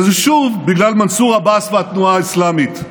זה שוב בגלל מנסור עבאס והתנועה האסלאמית,